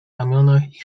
ramionach